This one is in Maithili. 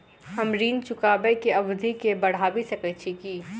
हम ऋण चुकाबै केँ अवधि केँ बढ़ाबी सकैत छी की?